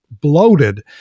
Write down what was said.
bloated